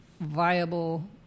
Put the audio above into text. viable